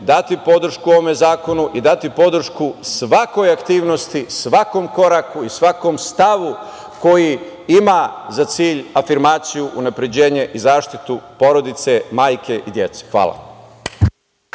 dati podršku ovom zakonu i dati podršku svakoj aktivnosti, svakom koraku i svakom stavu koji ima za cilj afirmaciju, unapređenje i zaštitu porodice, majke i dece. Hvala.